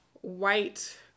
white